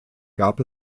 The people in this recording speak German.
gab